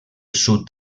sud